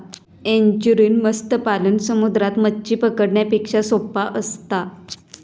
estuarine मत्स्य पालन समुद्रात मच्छी पकडण्यापेक्षा सोप्पा असता